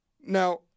Now